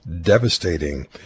devastating